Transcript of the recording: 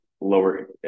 lower